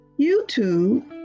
YouTube